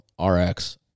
RX